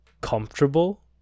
comfortable